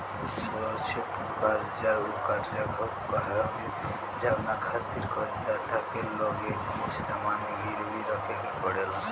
सुरक्षित कर्जा उ कर्जा हवे जवना खातिर कर्ज दाता के लगे कुछ सामान गिरवी रखे के पड़ेला